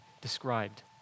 described